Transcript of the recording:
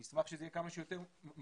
אנחנו נשמח שזה יהיה כמה שיותר מהר,